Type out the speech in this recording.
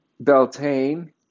Beltane